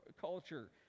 culture